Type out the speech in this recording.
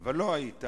אבל לא היית.